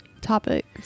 topic